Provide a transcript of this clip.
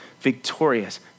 victorious